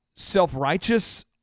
self-righteous